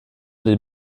den